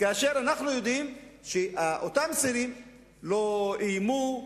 כאשר אנחנו יודעים שאותם צעירים לא איימו,